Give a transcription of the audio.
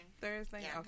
Thursday